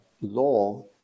law